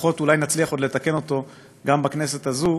לפחות אולי נצליח עוד לתקן אותו גם בכנסת הזו,